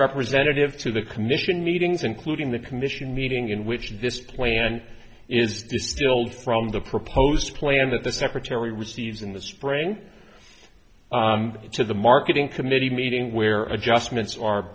representative to the commission meeting concluding the commission meeting in which this plan is distilled from the proposed plan that the secretary receives in the spring to the marketing committee meeting where adjustments are